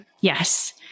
Yes